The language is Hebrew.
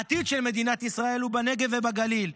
העתיד של מדינת ישראל הוא בנגב ובגליל.